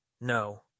No